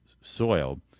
soil